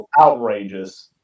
outrageous